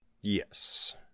Yes